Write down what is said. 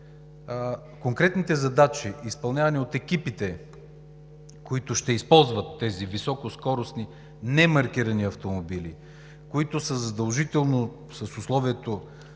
конкретните задачи, изпълнявани от екипите, които ще използват тези високоскоростни, немаркирани автомобили, които са задължително с условието